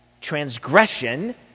transgression